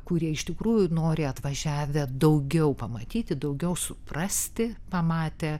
kurie iš tikrųjų nori atvažiavę daugiau pamatyti daugiau suprasti pamatę